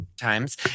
Times